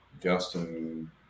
Justin